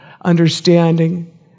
understanding